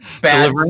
Bad